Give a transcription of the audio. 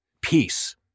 Peace